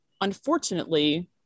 unfortunately